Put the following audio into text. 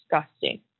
disgusting